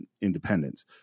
independence